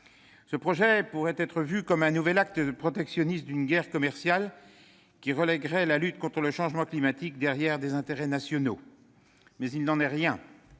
Ce projet pourrait être vu comme le nouvel acte protectionniste d'une guerre commerciale, qui reléguerait la lutte contre le changement climatique derrière des intérêts nationaux. Il n'en est rien